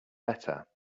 better